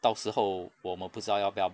到时候我们不知道要不要